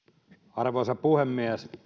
arvoisa puhemies